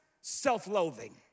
self-loathing